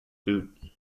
boot